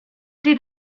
did